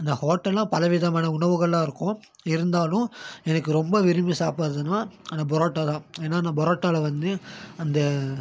அந்த ஹோட்டல்னால் பலவிதமான உணவுகள்லாம் இருக்கும் இருந்தாலும் எனக்கு ரொம்ப விரும்பி சாப்படுறதுன்னா அந்த பரோட்டா தான் ஏன்னா அந்த பரோட்டாவில் வந்து அந்த